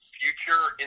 future